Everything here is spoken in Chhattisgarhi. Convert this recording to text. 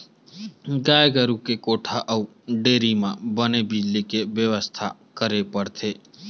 गाय गरूवा के कोठा अउ डेयरी म बने बिजली के बेवस्था करे ल परथे